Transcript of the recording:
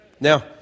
Now